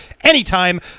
anytime